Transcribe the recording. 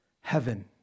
heaven